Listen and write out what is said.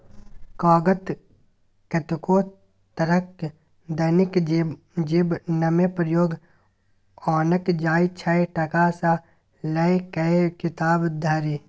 कागत कतेको तरहक दैनिक जीबनमे प्रयोग आनल जाइ छै टका सँ लए कए किताब धरि